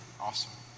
Awesome